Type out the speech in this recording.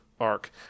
arc